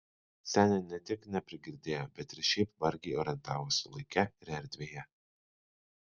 senė ne tik neprigirdėjo bet ir šiaip vargiai orientavosi laike ir erdvėje